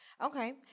Okay